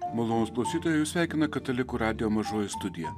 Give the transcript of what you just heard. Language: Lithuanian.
malonūs klausytojai jus sveikina katalikų radijo mažoji studija